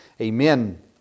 amen